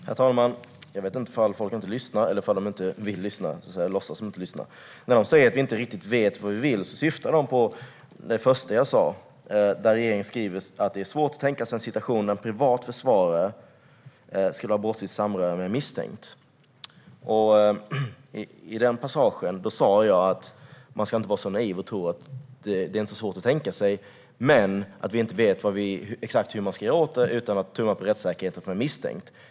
Herr talman! Jag vet inte om folk inte lyssnar eller inte vill lyssna. När de säger att vi inte riktigt vet vad vi vill syftar de på det första jag sa: att regeringen skriver att det är svårt att tänka sig en situation där en privat försvarare skulle ha brottsligt samröre med en misstänkt. Om denna passage sa jag att man inte ska vara så naiv och att det inte är svårt att tänka sig men att vi inte vet vad man ska göra åt det utan att tumma på rättssäkerheten för en misstänkt.